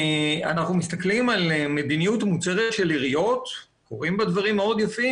אנחנו מסתכלים על מדיניות מוצהרת של עיריות ורואים בה דברים מאוד יפים.